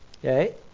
Okay